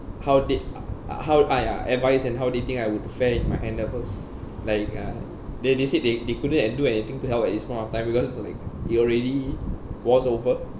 how did uh uh how uh ya advice and how they think I would fare in my N levels like uh they they said they they couldn't uh do anything to help at this point of time because like you already wars over